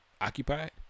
occupied